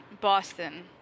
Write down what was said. Boston